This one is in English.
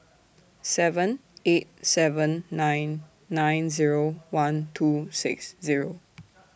seven eight seven nine nine Zero one two six Zero